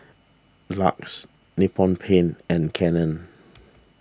Lux Nippon Paint and Canon